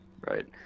Right